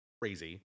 crazy